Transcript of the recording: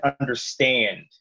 understand